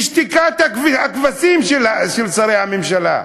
משתיקת הכבשים של שרי הממשלה.